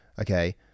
okay